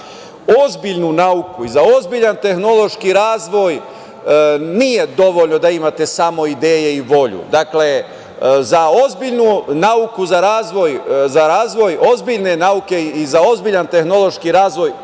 ozbiljnu nauku i za ozbiljan tehnološki razvoj nije dovoljno da imate samo ideje i volju. Dakle, za razvoj ozbiljne nauke i za ozbiljan tehnološki razvoj